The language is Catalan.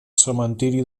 cementiri